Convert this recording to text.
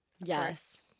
Yes